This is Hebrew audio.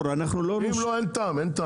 אם לא, אין טעם.